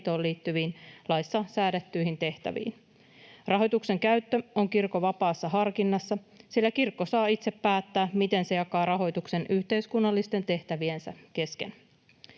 liittyviin, laissa säädettyihin tehtäviin. Rahoituksen käyttö on kirkon vapaassa harkinnassa, sillä kirkko saa itse päättää, miten se jakaa rahoituksen yhteiskunnallisten tehtäviensä kesken.